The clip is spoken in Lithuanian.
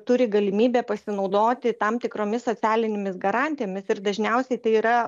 turi galimybę pasinaudoti tam tikromis socialinėmis garantijomis ir dažniausiai tai yra